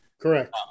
Correct